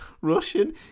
Russian